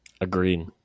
Agreed